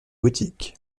gothique